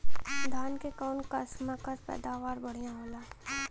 धान क कऊन कसमक पैदावार बढ़िया होले?